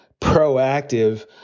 proactive